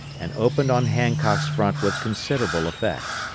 and opened on hancock's front with considerable effect.